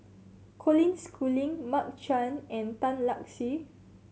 Colin Schooling Mark Chan and Tan Lark Sye